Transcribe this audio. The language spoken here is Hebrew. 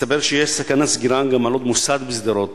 מסתבר שיש סכנת סגירה על מוסד בשדרות,